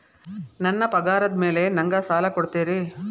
ನನ್ನ ಪಗಾರದ್ ಮೇಲೆ ನಂಗ ಸಾಲ ಕೊಡ್ತೇರಿ?